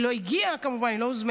היא לא הגיעה, כמובן, היא לא הוזמנה,